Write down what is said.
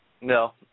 no